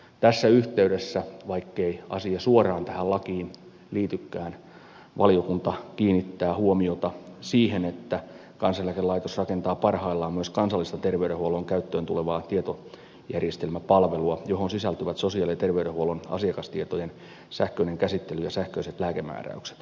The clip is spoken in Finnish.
tässä yhteydessä vaikkei asia suoraan tähän lakiin liitykään valiokunta kiinnittää huomiota siihen että kansaneläkelaitos rakentaa parhaillaan myös terveydenhuollon käyttöön tulevaa kansallista tietojärjestelmäpalvelua johon sisältyvät sosiaali ja terveydenhuollon asiakastietojen sähköinen käsittely ja sähköiset lääkemääräykset